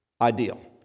ideal